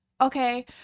okay